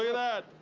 ah that.